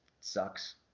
sucks